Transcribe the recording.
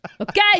Okay